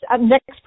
next